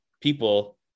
people